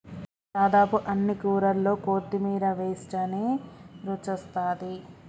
దాదాపు అన్ని కూరల్లో కొత్తిమీర వేస్టనే రుచొస్తాది